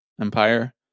empire